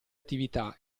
attività